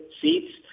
seats